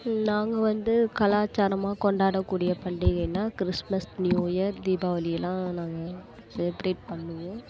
நாங்கள் வந்து கலாச்சாரமாக கொண்டாடக்கூடிய பண்டிகைன்னால் கிறிஸ்மஸ் நியூ இயர் தீபாவளியெலாம் நாங்கள் செலிப்ரேட் பண்ணுவோம்